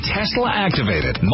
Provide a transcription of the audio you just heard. Tesla-activated